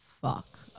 fuck